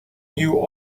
you